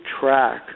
track